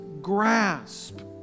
grasp